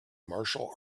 martial